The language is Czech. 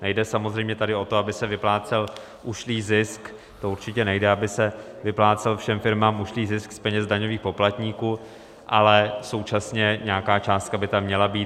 Nejde samozřejmě tady o to, aby se vyplácel ušlý zisk, to určitě nejde, aby se vyplácel všem firmám ušlý zisk z peněz daňových poplatníků, ale současně nějaká částka by tam měla být.